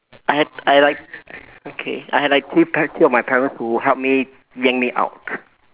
I had I had like okay I had like three pa~ three of my parents who help me yank me out